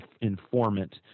informant